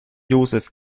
josef